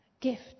gift